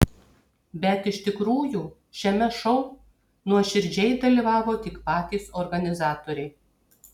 bet iš tikrųjų šiame šou nuoširdžiai dalyvavo tik patys organizatoriai